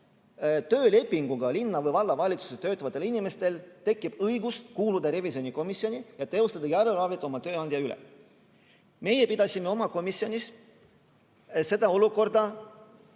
töölepinguga linna- või vallavalitsuses töötavatel inimestel õigus kuuluda revisjonikomisjoni ja teostada järelevalvet oma tööandja üle. Meie pidasime oma komisjonis seda olukorda